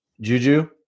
Juju